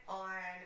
on